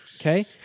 Okay